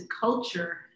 culture